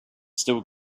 still